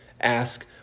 ask